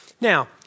Now